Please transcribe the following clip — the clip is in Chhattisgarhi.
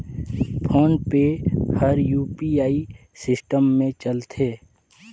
फोन पे हर यू.पी.आई सिस्टम मे चलथे